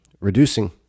Reducing